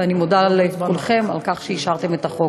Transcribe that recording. ואני מודה לכולכם על שאישרתם את החוק.